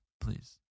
Please